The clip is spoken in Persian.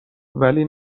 ولی